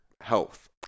health